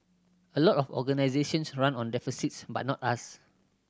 a lot of organisations run on deficits but not us